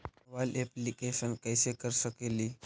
Mobile application कैसे कर सकेली?